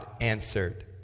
answered